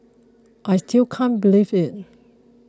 I still can't believe it